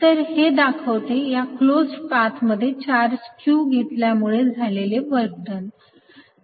तर हे दाखवते या क्लोज्ड पाथ मध्ये चार्ज q घेतल्यामुळे झालेले वर्क डन